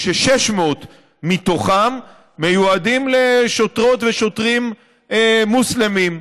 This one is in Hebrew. כש-600 מתוכם מיועדים לשוטרות ושוטרים מוסלמים.